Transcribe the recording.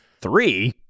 Three